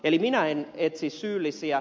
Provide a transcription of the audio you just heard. minä en etsi syyllisiä